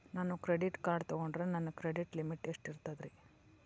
ನಾನು credit card ತೊಗೊಂಡ್ರ ನನ್ನ ಕ್ರೆಡಿಟ್ ಲಿಮಿಟ್ ಎಷ್ಟ ಇರ್ತದ್ರಿ?